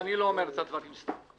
שאני לא אומר את הדברים סתם.